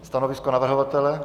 Stanovisko navrhovatele?